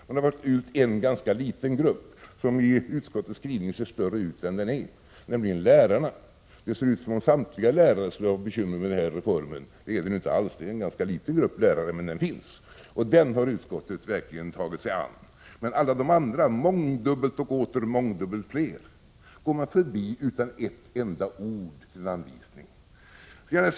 Man har valt ut en ganska liten grupp som i utskottsskrivningen ser större ut än den är, nämligen lärarna. Det ser ut som samtliga lärare skulle ha bekymmer med denna reform. Så är det inte alls. Det är en ganska liten grupp lärare, men den finns. Den har verkligen utskottet tagit sig an. Men alla de andra, mångdubbelt och åter mångdubbelt fler, går man förbi utan ett enda Prot. 1986/87:108 ord till anvisning.